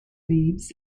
leaves